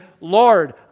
Lord